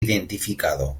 identificado